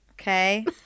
Okay